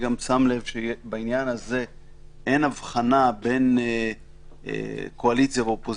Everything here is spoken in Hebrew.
בעניין הזה אין הבחנה בין קואליציה לאופוזיציה,